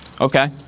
Okay